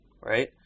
right